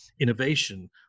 innovation